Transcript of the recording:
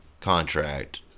contract